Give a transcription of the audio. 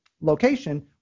location